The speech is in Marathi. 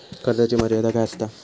कर्जाची मर्यादा काय असता?